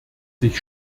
sich